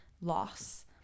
loss